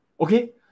Okay